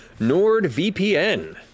NordVPN